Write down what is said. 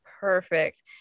Perfect